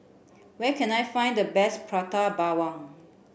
where can I find the best Prata Bawang